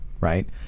right